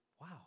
Wow